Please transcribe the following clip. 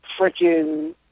Frickin